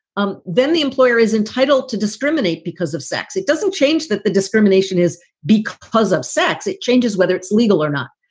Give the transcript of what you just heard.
um then the employer is entitled to discriminate because of sex. it doesn't change that. the discrimination is because of sex. it changes whether it's legal or not.